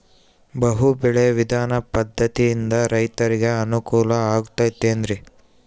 ಬಹು ಬೆಳೆ ವಿಧಾನ ಪದ್ಧತಿಯಿಂದ ರೈತರಿಗೆ ಅನುಕೂಲ ಆಗತೈತೇನ್ರಿ?